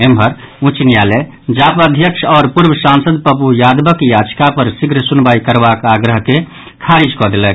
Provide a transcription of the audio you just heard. एम्हर उच्च न्यायालय जाप अध्यक्ष आओर पूर्व सांसद पप्पू यादवक याचिका पर शीघ्र सुनवाई करबाक आग्रह के खारिज कऽ देलक